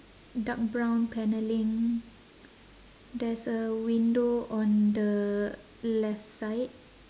dark brown paneling there's a window on the left side